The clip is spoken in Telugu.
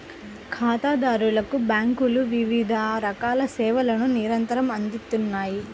ఖాతాదారులకు బ్యేంకులు వివిధ రకాల సేవలను నిరంతరం అందిత్తన్నాయి